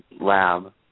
lab